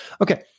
Okay